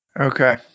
Okay